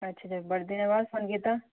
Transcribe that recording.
अच्छा बड़े दिन बाद फोन कीता